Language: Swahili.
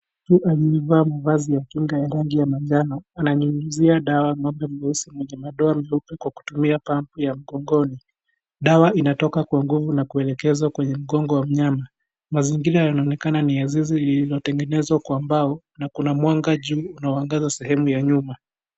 Mtu aliyevaa mavazi ya rangi ya njano ananyunyizia dawa ng'ombe mweusi mwenye madoa meupe kwa kutumia pump ya mgongoni. Dawa inatoka kwa nguvu na kuelekezwa kwenye mgongo wa mnyama. Mazingira yanaonekana ni ya zizi lililotengenezwa kwa mbao na kuna mwanga juu inayoangaza sehemu ya nyuma.